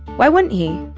why wouldn't he?